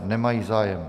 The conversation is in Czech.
Nemají zájem.